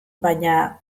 baina